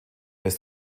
ist